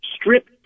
strip